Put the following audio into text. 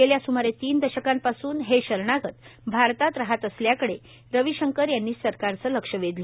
गेल्या स्मारे तीन दशकांपासून हे शरणागत भारतात राहत असल्याकडे रविशंकर यांनी सरकारचं लक्ष वेधलं